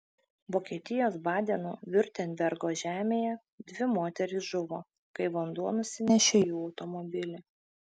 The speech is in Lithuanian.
vokietijos badeno viurtembergo žemėje dvi moterys žuvo kai vanduo nusinešė jų automobilį